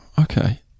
Okay